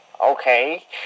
Okay